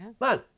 Man